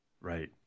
right